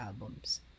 albums